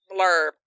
blurb